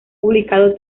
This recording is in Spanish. publicado